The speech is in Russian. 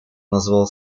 назвал